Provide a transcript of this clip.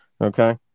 Okay